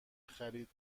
خرید